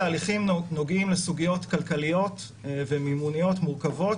ההליכים נוגעים לסוגיות כלכליות ומימוניות מורכבות,